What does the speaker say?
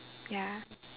ya